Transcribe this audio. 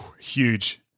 Huge